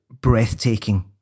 breathtaking